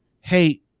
hey